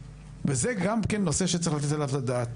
וזה גם כן נושא שצריך לתת עליו את הדעת.